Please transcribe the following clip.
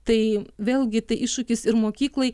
tai vėl gi tai iššūkis ir mokyklai